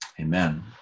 Amen